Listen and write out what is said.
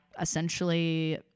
essentially